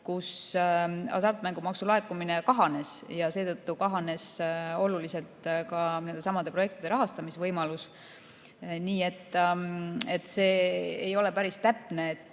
kui hasartmängumaksu laekumine kahanes ja seetõttu kahanes oluliselt ka nendesamade projektide rahastamise võimalus. Nii et see ei ole päris täpne, et